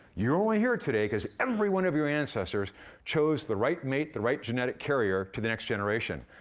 you're only here today cause every one of your ancestors chose the right mate, the right genetic carrier to the next generation.